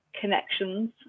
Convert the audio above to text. connections